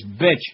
bitch